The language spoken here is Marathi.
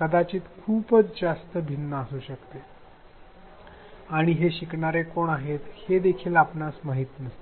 कदाचित खूप जास्त भिन्न असू शकते आणि हे शिकणारे कोण आहेत हे देखील आपल्याला माहित नसते